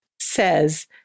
says